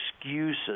excuses